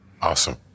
Awesome